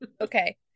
Okay